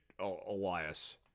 Elias